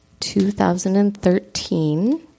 2013